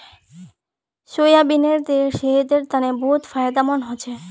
सोयाबीनेर तेल सेहतेर तने बहुत फायदामंद हछेक